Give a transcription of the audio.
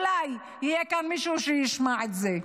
אולי יהיה כאן מישהו שישמע את זה.